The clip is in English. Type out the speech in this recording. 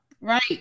Right